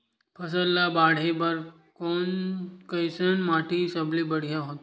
फसल ला बाढ़े बर कैसन माटी सबले बढ़िया होथे?